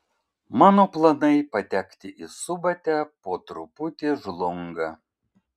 mano planai patekti į subatę po truputį žlunga